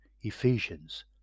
Ephesians